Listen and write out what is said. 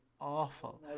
awful